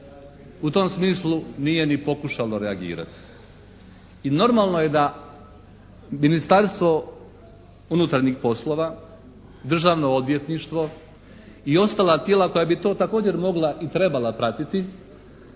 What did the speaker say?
u tom smislu nije ni pokušalo reagirati i normalno je da Ministarstvo unutarnjih poslova, Državno odvjetništvo i ostala tijela koja bi to također mogla i trebala pratiti